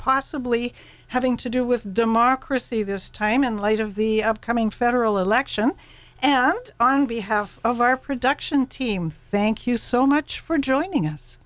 possibly having to do with democracy this time in light of the upcoming federal election and on behalf of our production team thank you so much for joining us